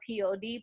pod